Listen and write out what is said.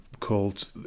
called